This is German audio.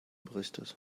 berichtet